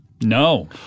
No